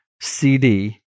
CD